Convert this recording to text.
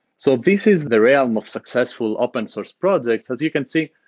so this is the realm of successful open source projects. as you can see,